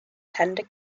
tender